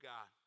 God